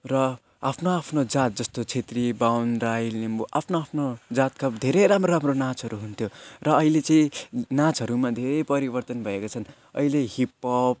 र आफ्नो आफ्नो जात जस्तो क्षेत्री बाहुन राई लिम्बु आफ्नो आफ्नो जातका धेरै राम्रो राम्रो नाचहरू हुन्थ्यो र अहिले चाहिँ नाचहरूमा धेरै परिवर्तन भएको छन् अहिले हिपअप